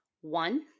One